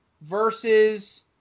versus